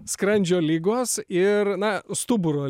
skrandžio ligos ir na stuburo